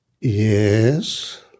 yes